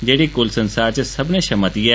जेह्ड़ी कुल संसार च सब्मनें शा मती ऐ